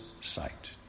sight